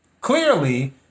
clearly